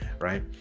right